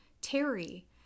Terry